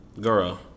girl